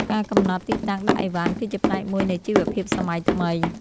ការកំណត់ទីតាំងដាក់ឥវ៉ាន់ គឺជាផ្នែកមួយនៃជីវភាពសម័យថ្មី។